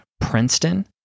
Princeton